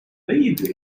art